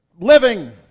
Living